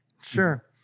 Sure